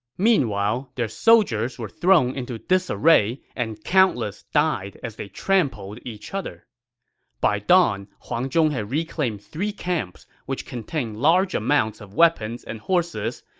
meanwhile, their soldiers were thrown into disarray, and countless died as they trampled each other by dawn, huang zhong had reclaimed three camps, which contained large amounts of weapons and horses,